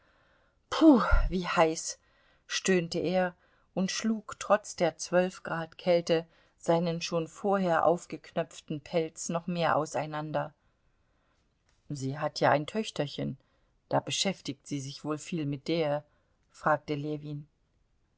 puh wie heiß stöhnte er und schlug trotz der zwölf grad kälte seinen schon vorher aufgeknöpften pelz noch mehr auseinander sie hat ja ein töchterchen da beschäftigt sie sich wohl viel mit der fragte ljewin